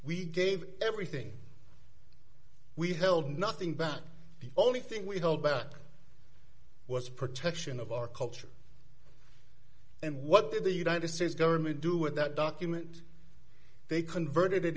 we gave everything we held nothing back the only thing we held back was protection of our culture and what did the united states government do with that document they converted